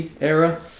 era